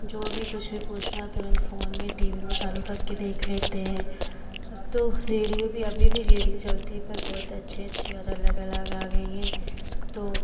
जो भी कुछ भी पूछना हो तुरन्त फ़ोन में टी वी में चालू करके देख लेते हैं अब तो रेडियो भी अभी भी रेडियो चलता है पर बहुत अच्छे अच्छे और अलग अलग आ गए हैं तो